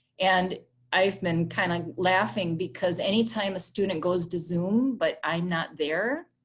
and i've been kind of laughing because anytime a student goes to zoom but i'm not there,